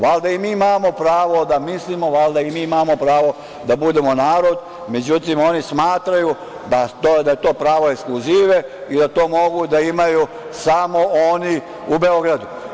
Valjda i mi imamo pravo da mislimo, valjda i mi imamo pravo da budemo narod, međutim, oni smatraju da je to pravo ekskluzive i da to mogu da imaju samo oni u Beogradu.